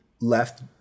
left